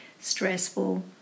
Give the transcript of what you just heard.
stressful